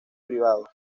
privado